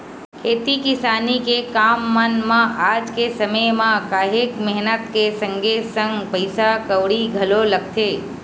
खेती किसानी के काम मन म आज के समे म काहेक मेहनत के संगे संग पइसा कउड़ी घलो लगथे